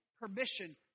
permission